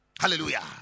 Hallelujah